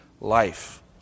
life